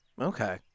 Okay